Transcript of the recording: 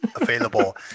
available